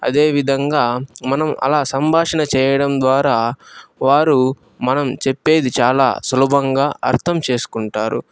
అదే విధంగా మనం అలా సంభాషణ చేయడం ద్వారా వారు మనం చెప్పేది చాలా సులభంగా అర్ధం చేసుకుంటారు